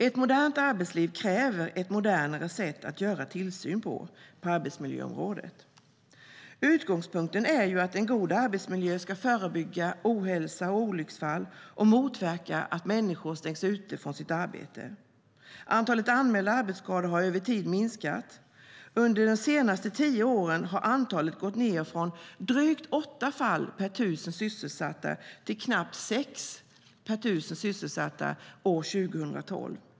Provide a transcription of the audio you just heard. Ett modernt arbetsliv kräver ett modernare sätt att göra tillsyn på arbetsmiljöområdet. Utgångspunkten är att god arbetsmiljö ska förebygga ohälsa och olycksfall och motverka att människor stängs ute från sitt arbete. Antalet anmälda arbetsskador har över tid minskat. Under de senaste tio åren har antalet gått ner från drygt åtta fall per 1 000 sysselsatta till knappt sex per 1 000 sysselsatta år 2012.